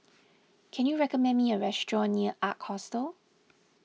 can you recommend me a restaurant near Ark Hostel